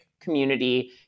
community